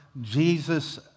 Jesus